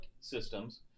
systems